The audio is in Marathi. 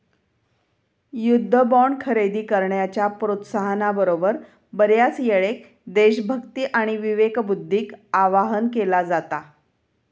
युद्ध बॉण्ड खरेदी करण्याच्या प्रोत्साहना बरोबर, बऱ्याचयेळेक देशभक्ती आणि विवेकबुद्धीक आवाहन केला जाता